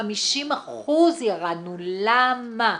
מ-50% ירדנו למה?